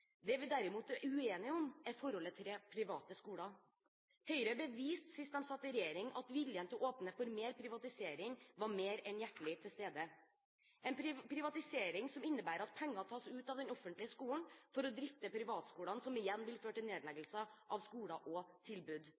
Det vi derimot er uenige om, er forholdet til de private skolene. Høyre beviste sist de satt i regjering at viljen til å åpne for mer privatisering var mer enn hjertelig tilstede, en privatisering som innebærer at penger tas ut av den offentlige skolen for å drifte privatskolene, noe som igjen vil føre til nedleggelser av skoler og tilbud.